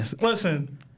Listen